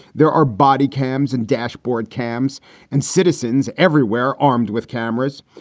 there are body cams and dashboard cams and citizens everywhere armed with cameras.